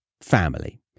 family